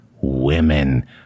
women